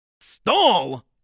Stall